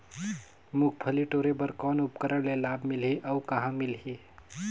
मुंगफली टोरे बर कौन उपकरण ले लाभ मिलही अउ कहाँ मिलही?